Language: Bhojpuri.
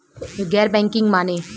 गैर बैंकिंग माने?